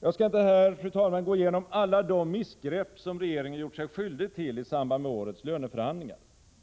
Jag skall inte här, fru talman, gå igenom alla de missgrepp som regeringen gjort sig skyldig till i samband med årets löneförhandlingar.